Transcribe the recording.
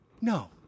No